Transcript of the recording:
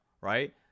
right